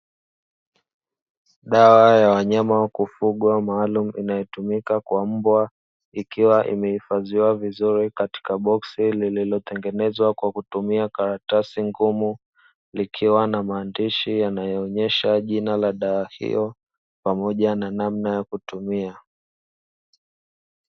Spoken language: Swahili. Dawa ya wanyama wa kufugwa maalumu inayotumika kwa mbwa, ikiwa imehifadhiwa vizuri katika boksi lililotengenezwa kwa kutumia karatasi ngumu, likiwa na maandishi yanayoonesha jina la dawa hiyo pamoja na namna ya kutumia.